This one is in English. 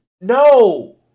no